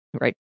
right